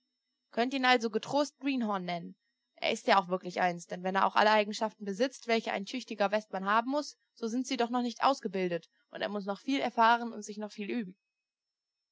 könnt ihn also getrost greenhorn nennen er ist ja auch wirklich eins denn wenn er auch alle eigenschaften besitzt welche ein tüchtiger westmann haben muß so sind sie doch noch nicht ausgebildet und er muß noch viel erfahren und sich noch viel üben